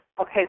Okay